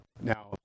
Now